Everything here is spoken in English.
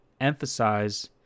emphasize